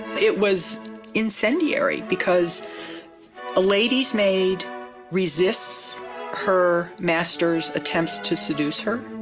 it was incendiary because a lady's maid resists her master's attempts to seduce her